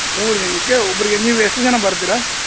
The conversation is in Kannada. ಮೂರು ದಿನಕ್ಕೆ ಒಬ್ಬರಿಗೆ ನೀವು ಎಷ್ಟು ಜನ ಬರ್ತೀರಾ